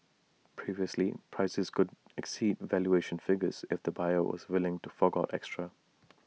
previously prices could exceed valuation figures if the buyer was willing to fork out extra